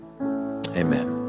Amen